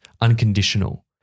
unconditional